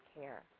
care